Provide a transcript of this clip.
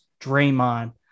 Draymond